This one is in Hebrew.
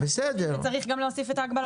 אנחנו חושבים שצריך להוסיף את ההגבלות.